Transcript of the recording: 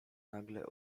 nagle